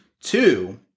Two